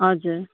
हजुर